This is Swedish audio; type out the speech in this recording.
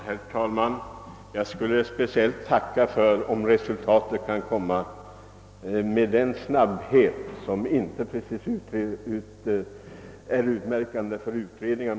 Herr talman! Jag skulle vara speciellt tacksam, om resultatet kunde komma med en snabbhet som inte precis är utmärkande för utredningar.